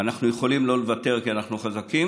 ואנחנו יכולים לא לוותר כי אנחנו חזקים.